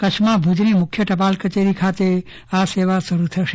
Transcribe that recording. કચ્છમાં ભુજની મુખ્ય ટપાલ કચેરી ખાતે આ સેવા શરૂ થશે